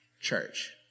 church